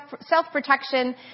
self-protection